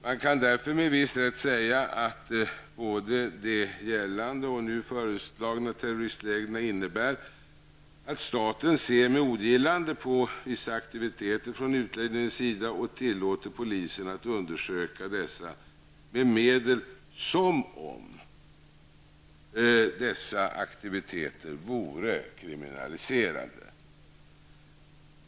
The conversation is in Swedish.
Man kan därför med viss rätt säga att både de gällande och nu föreslagna terroristreglerna innebär att staten ser med ogillande på vissa aktiviteter från utlänningars sida och tillåter polisen att undersöka dessa med medel som om dessa aktiviteter vore kriminaliserade.